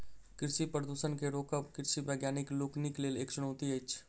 कृषि प्रदूषण के रोकब कृषि वैज्ञानिक लोकनिक लेल एक चुनौती अछि